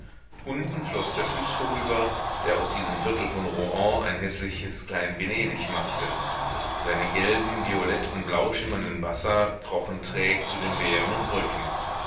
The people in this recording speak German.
unten floß der fluß vorüber der aus diesem viertel von rouen ein häßliches klein venedig machte seine gelben violett und blau schimmernden wasser krochen träg zu den wehren und brücken